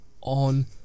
on